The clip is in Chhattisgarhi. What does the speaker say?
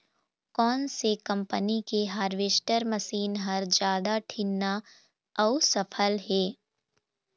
कोन से कम्पनी के हारवेस्टर मशीन हर जादा ठीन्ना अऊ सफल हे?